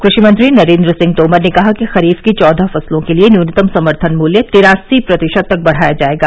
कृषि मंत्री नरेन्द्र सिंह तोमर ने कहा कि खरीफ की चौदह फसलों के लिए न्यूनतम समर्थन मूल्य तिरासी प्रतिशत तक बढ़ाया जायेगा